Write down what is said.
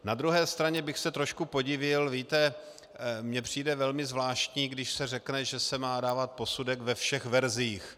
Na druhé straně bych se trošku podivil víte, mně přijde velmi zvláštní, když se řekne, že se má dávat posudek ve všech verzích.